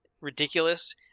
ridiculous